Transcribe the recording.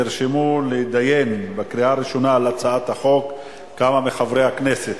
נרשמו להתדיין על הצעת החוק בקריאה הראשונה כמה מחברי הכנסת.